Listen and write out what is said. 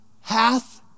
Hath